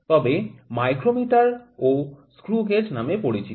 তবে মাইক্রোমিটার ও screw gauge নামে পরিচিত